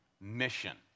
mission